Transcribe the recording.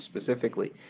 specifically